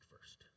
first